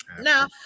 now